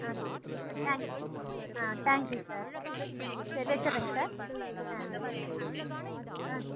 ஆ சரிங்க sir thanks ஆ thank you sir சரி வைச்சிட்றேங்க சார் ஆ ஆ